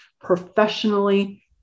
professionally